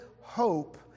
hope